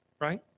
right